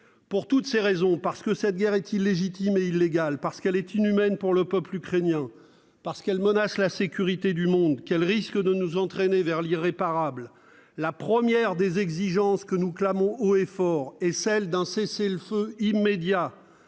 Pour toutes ces raisons, parce que cette guerre est illégitime et illégale, parce qu'elle est inhumaine pour le peuple ukrainien, parce qu'elle menace la sécurité du monde, parce qu'elle risque de nous entraîner vers l'irréparable, la première des exigences que nous clamons haut et fort est celle d'un cessez-le-feu immédiat,